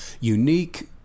unique